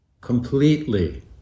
completely